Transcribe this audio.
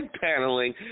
paneling